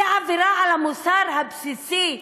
זאת עבירה על המוסר הבסיסי,